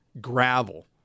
gravel